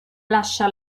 lascia